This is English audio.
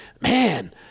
man –